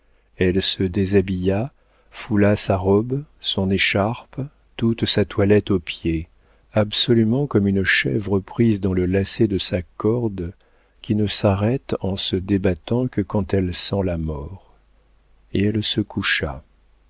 elle se déshabilla foula sa robe son écharpe toute sa toilette aux pieds absolument comme une chèvre prise dans le lacet de sa corde qui ne s'arrête en se débattant que quand elle sent la mort et elle se coucha